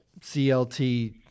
CLT